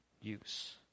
use